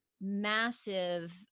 massive